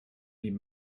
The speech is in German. die